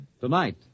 Tonight